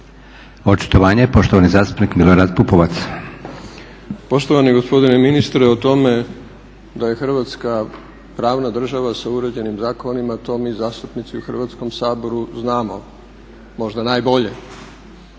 Očitovanje, poštovani zastupnik Milorad Pupovac. **Pupovac, Milorad (SDSS)** Poštovani gospodine ministre, o tome da je Hrvatska pravna država sa uređenim zakonima, to mi zastupnici u Hrvatskom saboru znamo, možda najbolje.